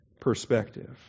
perspective